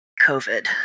COVID